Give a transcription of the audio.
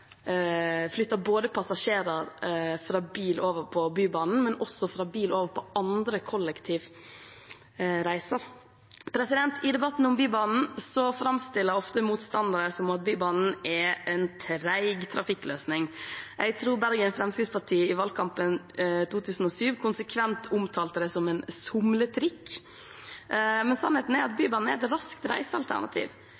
fra bil over på Bybanen, og fra bil over på andre kollektivreiser. I debatten om Bybanen framstiller ofte motstandere det som at Bybanen er en treig trafikkløsning. Jeg tror Fremskrittspartiet Bergen i valgkampen i 2007 konsekvent omtalte det som en somletrikk. Men sannheten er at